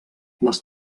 les